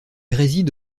réside